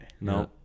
No